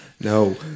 No